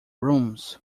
rooms